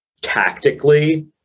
tactically